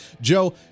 Joe